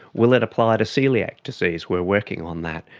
will it apply to coeliac disease? we are working on that.